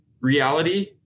reality